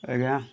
ଆଜ୍ଞା